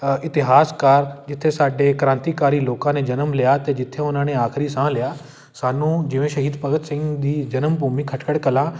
ਇਤਿਹਾਸਕਾਰ ਜਿੱਥੇ ਸਾਡੇ ਕ੍ਰਾਂਤੀਕਾਰੀ ਲੋਕਾਂ ਨੇ ਜਨਮ ਲਿਆ ਅਤੇ ਜਿੱਥੇ ਉਹਨਾਂ ਨੇ ਆਖਰੀ ਸਾਹ ਲਿਆ ਸਾਨੂੰ ਜਿਵੇਂ ਸ਼ਹੀਦ ਭਗਤ ਸਿੰਘ ਦੀ ਜਨਮ ਭੂਮੀ ਖਟਕੜ ਕਲਾਂ